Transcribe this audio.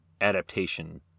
adaptation